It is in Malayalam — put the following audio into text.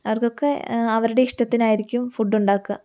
അവർക്കൊക്കെ അവരുടെ ഇഷ്ടത്തിനായിരിക്കും ഫുഡ് ഉണ്ടാക്കുക